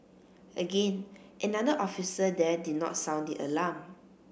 again another officer there did not sound the alarm